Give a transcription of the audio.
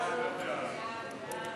הודעת ועדת העבודה,